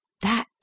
That